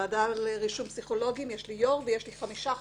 בוועדה לרישום פסיכולוגים יש יו"ר ויש חמישה חברים.